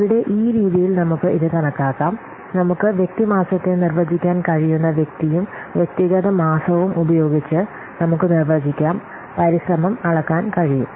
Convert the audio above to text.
ഇവിടെ ഈ രീതിയിൽ നമുക്ക് ഇത് കണക്കാക്കാം നമുക്ക് വ്യക്തി മാസത്തെ നിർവചിക്കാൻ കഴിയുന്ന വ്യക്തിയും വ്യക്തിഗത മാസവും ഉപയോഗിച്ച് നമുക്ക് നിർവചിക്കാം പരിശ്രമം അളക്കാൻ കഴിയും